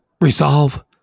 resolve